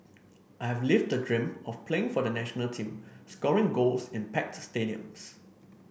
I have lived the dream of playing for the national team scoring goals in packed stadiums